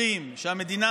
אין לו מה להגיד.